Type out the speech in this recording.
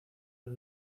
los